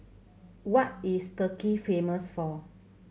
what is Turkey famous for